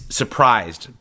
surprised